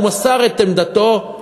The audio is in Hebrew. הוא מסר את עמדתו,